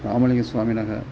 रामलिङ्ग स्वामिनः